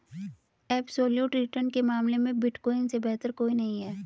absolute return के मामले में बिटकॉइन से बेहतर कोई नहीं है